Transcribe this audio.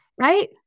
right